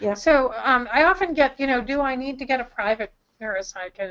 yeah so um i often get, you know, do i need to get a private neuro-psych? ah